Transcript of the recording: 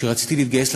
שרציתי להתגייס לצבא,